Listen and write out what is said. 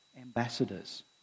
ambassadors